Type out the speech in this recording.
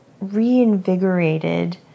reinvigorated